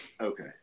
Okay